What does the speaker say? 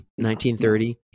1930